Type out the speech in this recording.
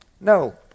No